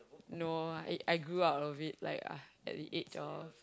no I I grew up of it like at the age of